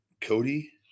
Cody